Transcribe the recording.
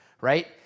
right